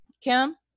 Kim